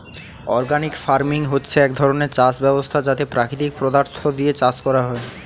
organic farming হচ্ছে এক ধরণের চাষ ব্যবস্থা যাতে প্রাকৃতিক পদার্থ দিয়ে চাষ করা হয়